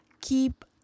keep